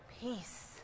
peace